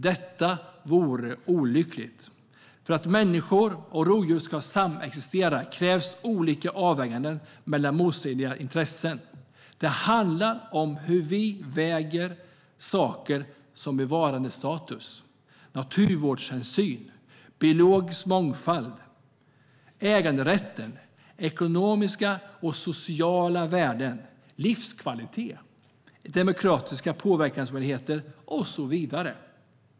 Detta vore olyckligt. För att människa och rovdjur ska samexistera krävs olika avväganden mellan motstridiga intressen. Det handlar om hur vi väger saker som bevarandestatus, naturvårdshänsyn, biologisk mångfald, äganderätten, ekonomiska och sociala värden, livskvalitet, demokratiska påverkansmöjligheter och så vidare.